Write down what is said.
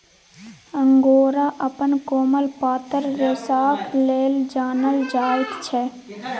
angora अपन कोमल पातर रेशाक लेल जानल जाइत छै